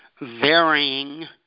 varying